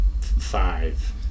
five